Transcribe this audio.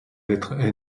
lettre